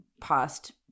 past